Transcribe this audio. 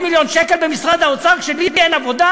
מיליון שקל במשרד האוצר כשלי אין עבודה,